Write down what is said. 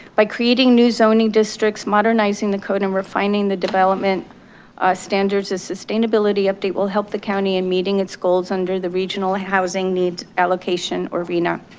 by creating new zoning districts, modernizing the code, and refining the development standard's sustainability update will help the county in meeting its goals under the regional housing needs allocation or rhna.